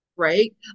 right